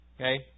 Okay